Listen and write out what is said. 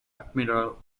admiral